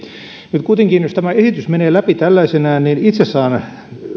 nyt kuitenkin jos tämä esitys menee läpi tällaisenaan itse saan